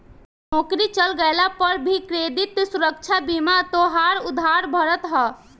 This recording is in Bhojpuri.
नोकरी चल गइला पअ भी क्रेडिट सुरक्षा बीमा तोहार उधार भरत हअ